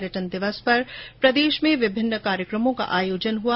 पर्यटन दिवस पर प्रदेश में विभिन्न कार्यक्रमों का आयोजन हुआ